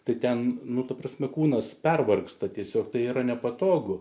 tai ten nu ta prasme kūnas pervargsta tiesiog tai yra nepatogu